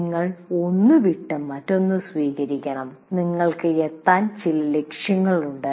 നിങ്ങൾ ഒന്നുവിട്ട് മറ്റൊന്ന് സ്വീകരിക്കണം നിങ്ങൾക്ക് എത്താൻ ചില ലക്ഷ്യങ്ങളുണ്ട്